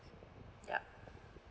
ya